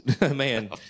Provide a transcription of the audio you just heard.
man